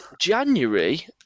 January